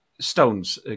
Stones